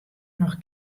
noch